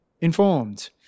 informed